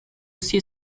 see